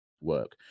work